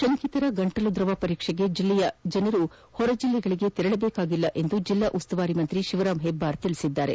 ಶಂಕಿತರ ಗಂಟಲು ದ್ರವ ಪರೀಕ್ಷೆಗೆ ಜಿಲ್ಲೆಯ ಜನರು ಹೊರ ಜಿಲ್ಲೆಗಳಿಗೆ ತೆರಳಬೇಕಿಲ್ಲ ಎಂದು ಜಿಲ್ಲಾ ಉಸ್ತುವಾರಿ ಸಚಿವ ಶಿವರಾಮ ಹೆಬ್ಬಾರ ಹೇಳಿದರು